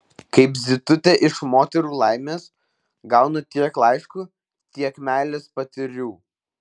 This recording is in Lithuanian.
kaip zitutė iš moterų laimės gaunu tiek laiškų tiek meilės patiriu